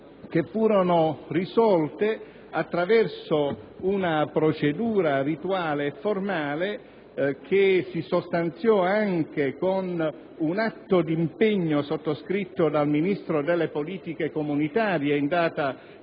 che furono risolte attraverso una procedura rituale e formale che si sostanziò in un atto di impegno, sottoscritto dal Ministro per le politiche comunitarie in data 13